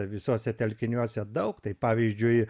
visuose telkiniuose daug tai pavyzdžiui